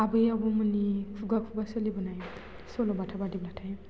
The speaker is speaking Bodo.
आबै आबौमोननि खुगा खुगा सोलिबोनाय सल' बाथा बायदिब्लाथाय